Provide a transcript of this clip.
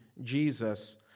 Jesus